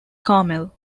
carmel